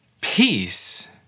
peace